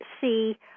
see